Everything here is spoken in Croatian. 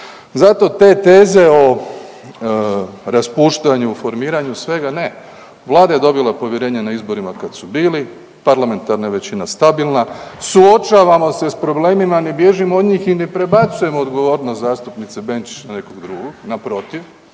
Zato te teze o raspuštanju i formiranju svega ne, vlada je dobila povjerenje na izborima kad su bili, parlamentarna većina je stabilna, suočavamo se s problemima, ne bježimo od njih i ne prebacujemo odgovornost zastupnice Benčić na nekog drugog, naprotiv